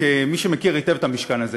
כמי שמכיר היטב את המשכן הזה,